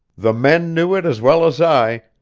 the men knew it as well as i,